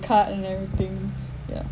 card and everything ya